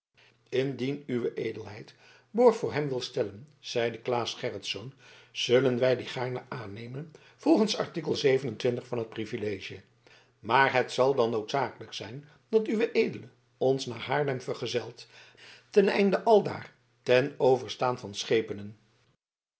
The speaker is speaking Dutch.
indien uwe edelheid borg voor hem wil stellen zeide claes gerritsz zullen wij dien gaarne aannemen volgens art van het privilege maar het zal dan noodzakelijk zijn dat ued ons naar haarlem vergezelt ten einde aldaar ten overstaan van schepenen